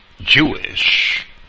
Jewish